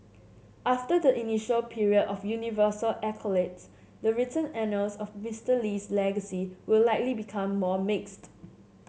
after the initial period of universal accolades the written annals of Mister Lee's legacy will likely become more mixed